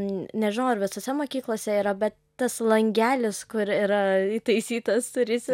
m nežinau ar visose mokyklose yra be tas langelis kur yra įtaisytas duryse